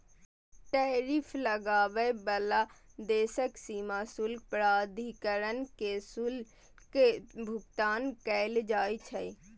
tariff लगाबै बला देशक सीमा शुल्क प्राधिकरण कें शुल्कक भुगतान कैल जाइ छै